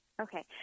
okay